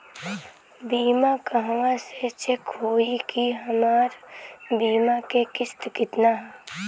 बीमा कहवा से चेक होयी की हमार बीमा के किस्त केतना ह?